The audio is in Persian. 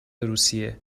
روسیه